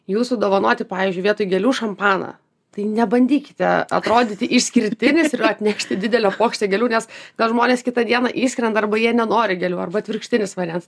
jūsų dovanoti pavyzdžiui vietoj gėlių šampaną tai nebandykite atrodyti išskirtinis ir atnešti didelę puokštę gėlių nes gal žmonės kitą dieną įskrenda arba jie nenori gėlių arba atvirkštinis variantas